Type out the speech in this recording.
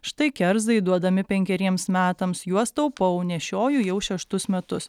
štai kerzai duodami penkeriems metams juos taupau nešioju jau šeštus metus